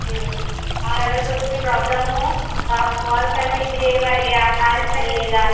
جی اور اگر کچھ بھی پروبلم ہو تو آپ کال کر لیجیے گا یا آ جائیے گا